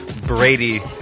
Brady